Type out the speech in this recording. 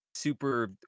Super